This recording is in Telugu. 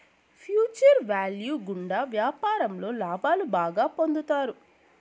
ఫ్యూచర్ వ్యాల్యూ గుండా వ్యాపారంలో లాభాలు బాగా పొందుతారు